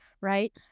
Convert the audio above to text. right